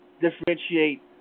differentiate